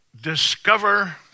discover